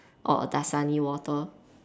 or Dasani water